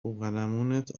بوقلمونت